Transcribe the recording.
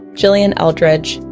jillian eldredge,